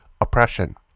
oppression